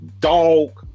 dog